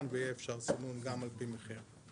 ויהיה אפשר סינון גם על פי מחיר.